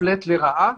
מופלית לרעה